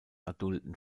adulten